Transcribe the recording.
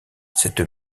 cette